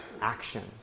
actions